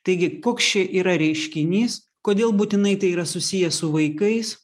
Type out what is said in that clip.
taigi koks čia yra reiškinys kodėl būtinai tai yra susiję su vaikais